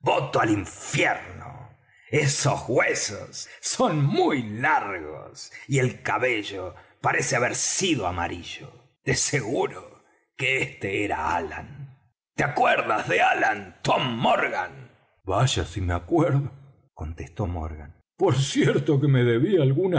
voto al infierno esos huesos son muy largos y el cabello parece haber sido amarillo de seguro que este era allan te acuerdas de allan tom morgan vaya si me acuerdo contestó morgan por cierto que me debía algunas